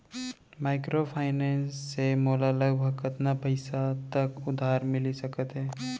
Microfinance से मोला लगभग कतना पइसा तक उधार मिलिस सकत हे?